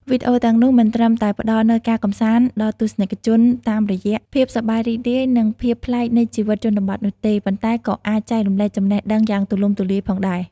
វីដេអូទាំងនោះមិនត្រឹមតែ ផ្តល់នូវការកម្សាន្ត ដល់ទស្សនិកជនតាមរយៈភាពសប្បាយរីករាយ និងភាពប្លែកនៃជីវិតជនបទនោះទេ ប៉ុន្តែក៏អាចចែករំលែកចំណេះដឹងយ៉ាងទូលំទូលាយផងដែរ។